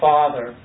Father